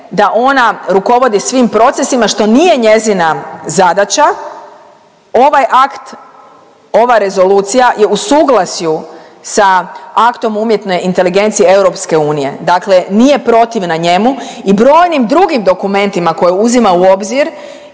da ona rukovodi svim procesima što nije njezina zadaća. Ovaj akt, ova rezolucija je u suglasju sa aktom umjetne inteligencije EU. Dakle, nije protivna njemu i brojnim drugim dokumentima koje uzima u obzir